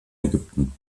ägypten